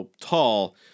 tall